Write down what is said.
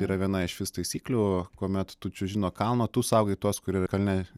yra viena iš vis taisyklių kuomet tu čiuoži nuo kalno tu saugai tuos kurie yra kalne